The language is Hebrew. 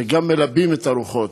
וגם מלבים את הרוחות.